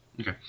Okay